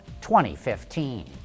2015